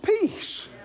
peace